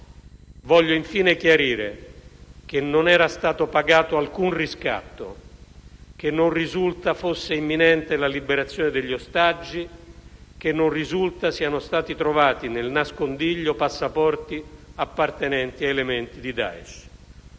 Voglio infine chiarire che non è stato pagato alcun riscatto, che non risulta fosse imminente la liberazione degli ostaggi e che non risulta siano stati trovati nel nascondiglio passaporti appartenenti ad elementi di Daesh.